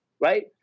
right